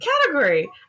category